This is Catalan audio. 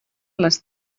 les